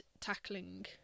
tackling